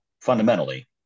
Fundamentally